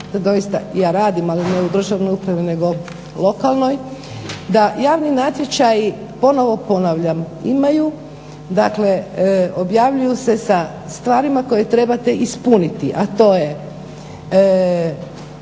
doista ja radim ali ne u državnoj upravi, nego lokalnoj, da javni natječaji ponovo ponavljam imaju, dakle objavljuju se sa stvarima koje trebate ispuniti, a to je